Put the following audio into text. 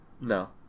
No